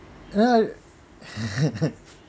you know